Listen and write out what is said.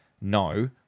no